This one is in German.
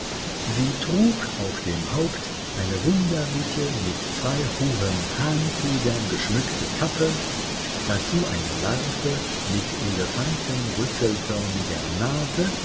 sie trug auf dem haupt eine wunderliche mit zwei hohen hahnfedern geschmückte kappe dazu eine larve mit elefantenrüsselförmiger nase